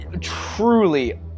truly